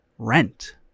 rent